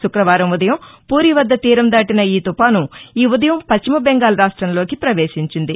శుక్రవారం ఉదయం పూరీ వద్గ తీరం దాటీస ఈ తుఫాసు ఈ ఉదయం పశ్చిమ బెంగాల్ రాష్టంలోకి ప్రవేశించింది